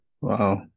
Wow